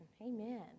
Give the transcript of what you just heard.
Amen